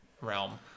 realm